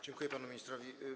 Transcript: Dziękuję panu ministrowi.